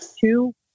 two